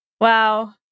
Wow